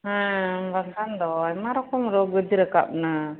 ᱦᱮᱸ ᱵᱟᱝᱠᱷᱟᱱ ᱫᱚ ᱟᱭᱢᱟ ᱨᱚᱠᱚᱢ ᱨᱳᱜ ᱵᱤᱜᱷᱤᱱ ᱨᱟᱠᱟᱵᱽ ᱮᱱᱟ